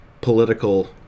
political